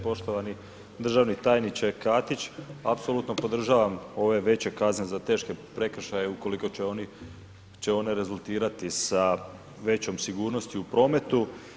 Poštovani državni tajniče Katić, apsolutno podržavam ove veće kazne za teške prekršaje ukoliko će one rezultirati sa većom sigurnosti u prometu.